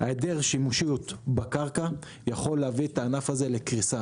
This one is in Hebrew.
היעדר השימושיות בקרקע יכול להביא את הענף הזה לקריסה.